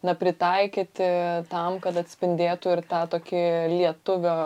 na pritaikyti tam kad atspindėtų ir tą tokį lietuvio